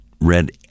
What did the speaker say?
read